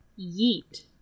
Yeet